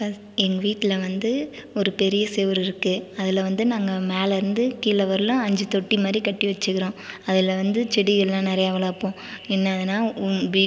ஃபஸ் எங்க வீட்டில் வந்து ஒரு பெரிய செவரு இருக்குது அதில் வந்து நாங்கள் மேலே இருந்து கிழே வரைலும் ஐஞ்சு தொட்டி மாதிரி கட்டி வச்சிருக்கோம் அதில் வந்து செடியெல்லாம் நிறைய வளர்ப்போம் என்னான்னால் பீட்